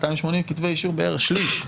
280 כתבי אישום, בערך שליש.